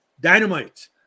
Dynamite